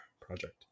project